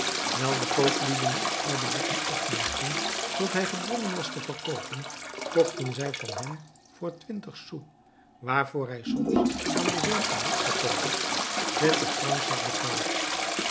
wijl de kooplieden in oude boeken opmerkten dat hij gedwongen was te verkoopen kochten zij van hem voor twintig sous waarvoor hij soms aan dezelfde boekverkoopers twintig francs had betaald